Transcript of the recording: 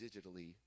digitally